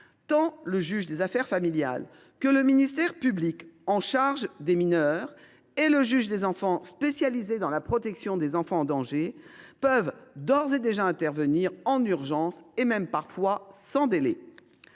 tant le juge aux affaires familiales que le ministère public chargé des mineurs et le juge des enfants, spécialisés dans la protection des enfants en danger, peuvent d’ores et déjà intervenir en urgence, et parfois même sans délai.